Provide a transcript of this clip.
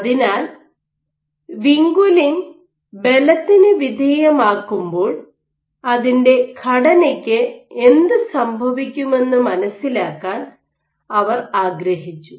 അതിനാൽ വിൻകുലിൻ ബലത്തിന് വിധേയമാക്കുമ്പോൾ അതിന്റെ ഘടനയ്ക്ക് എന്ത് സംഭവിക്കുമെന്ന് മനസിലാക്കാൻ അവർ ആഗ്രഹിച്ചു